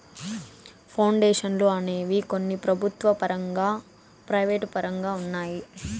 పౌండేషన్లు అనేవి కొన్ని ప్రభుత్వ పరంగా ప్రైవేటు పరంగా ఉన్నాయి